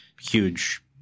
huge